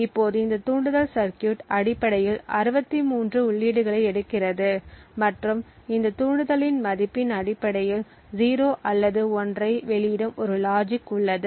இப்போது இந்த தூண்டுதல் சர்கியூட் அடிப்படையில் 63 உள்ளீடுகளை எடுக்கிறது மற்றும் இந்த தூண்டுதலின் மதிப்பின் அடிப்படையில் 0 அல்லது 1 ஐ வெளியிடும் ஒரு லாஜிக் உள்ளது